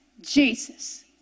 Jesus